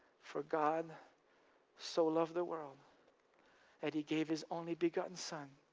for god so loved the world that he gave his only begotten son,